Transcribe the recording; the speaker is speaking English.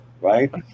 right